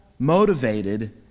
Motivated